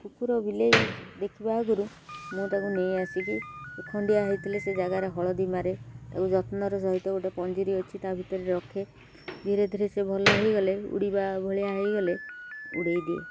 କୁକୁର ବିଲେଇ ଦେଖିବା ଆଗରୁ ମୁଁ ତାକୁ ନେଇ ଆସିକି ଖଣ୍ଡିଆ ହେଇଥିଲେ ସେ ଜାଗାରେ ହଳଦୀ ମାରେ ତାକୁ ଯତ୍ନର ସହିତ ଗୋଟେ ପଞ୍ଜିରି ଅଛି ତା ଭିତରେ ରଖେ ଧୀରେ ଧୀରେ ସେ ଭଲ ହେଇଗଲେ ଉଡ଼ିବା ଭଳିଆ ହେଇଗଲେ ଉଡ଼ାଇ ଦିଏ